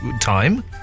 time